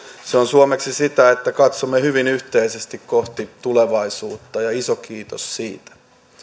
se on suomeksi sitä että katsomme hyvin yhteisesti kohti tulevaisuutta iso kiitos siitä